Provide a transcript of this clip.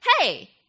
hey